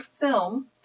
film